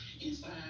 inside